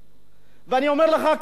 ואני אומר לך כמי שהגיע,